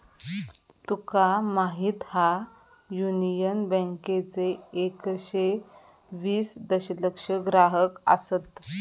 तुका माहीत हा, युनियन बँकेचे एकशे वीस दशलक्ष ग्राहक आसत